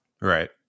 Right